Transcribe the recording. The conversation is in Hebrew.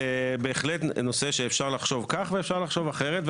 בהחלט נושא שאפשר לחשוב כך ולחשוב אחרת.